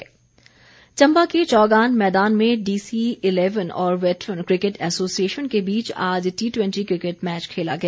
match Chamba के चौगान मैदान में डीसी इलेवन और वैटरन क्रिकेट एसोसिएशन के बीच आज टी टवेंटी क्रिकेट मैच खेला गया